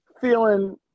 feeling